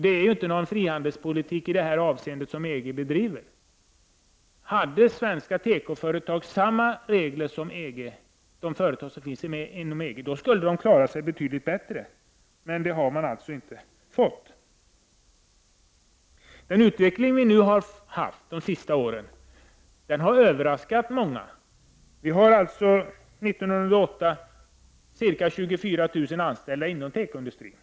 Men EG bedriver inte i det här avseendet någon frihandelspolitik. Hade svenska tekoföretag samma regler som företagen i EG skulle de klara sig betydligt bättre. Men det har de alltså inte fått. Den utveckling vi har haft de senaste åren har överraskat många. 1988 hade vi ca 24 000 anställda inom tekoindustrin.